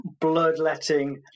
bloodletting